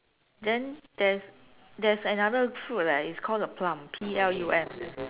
then there's there's another fruit leh it's called the plum P L U M